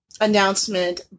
announcement